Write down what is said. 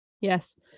yes